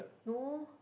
no